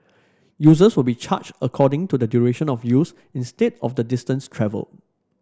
users will be charged according to the duration of use instead of the distance travelled